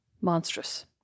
Monstrous